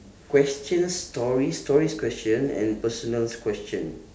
question stories stories question and personal questions